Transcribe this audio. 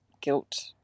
guilt